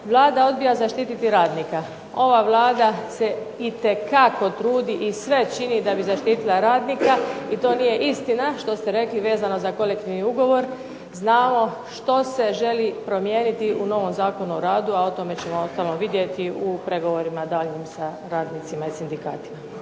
Vlada odbija zaštititi radnika. Ova Vlada se itekako trudi i sve čini da bi zaštitila radnika, i to nije istina što ste rekli vezano za kolektivni ugovor. Znamo što se želi promijeniti u novom Zakonu o radu, a o tome ćemo tamo vidjeti u pregovorima daljnjim sa radnicima i sindikatima.